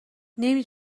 نمی